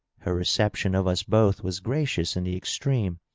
her reception of us both was gracious in the extreme,